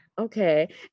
Okay